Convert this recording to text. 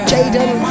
Jaden